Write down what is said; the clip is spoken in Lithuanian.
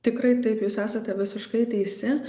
tikrai taip jūs esate visiškai teisi